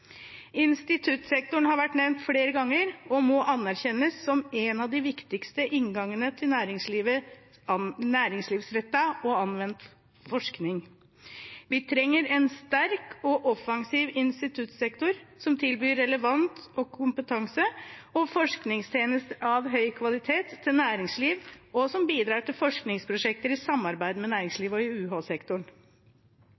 Instituttsektoren har vært nevnt flere ganger og må anerkjennes som en av de viktigste inngangene til næringslivsrettet og anvendt forskning. Vi trenger en sterk og offensiv instituttsektor som tilbyr relevant kompetanse og forskningstjeneste av høy kvalitet til næringslivet, og som bidrar til forskningsprosjekter i samarbeid med